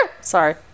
Sorry